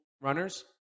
runners